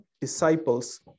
disciples